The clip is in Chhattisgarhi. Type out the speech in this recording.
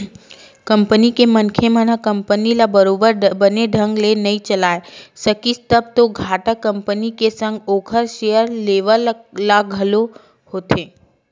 कंपनी के मनखे मन ह कंपनी ल बरोबर बने ढंग ले नइ चलाय सकिस तब तो घाटा कंपनी के संग ओखर सेयर लेवाल ल घलो होथे